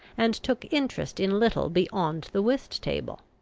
and took interest in little beyond the whist-table.